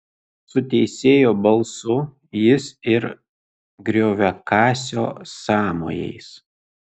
su teisėjo balsu jis ir grioviakasio sąmojais